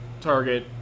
target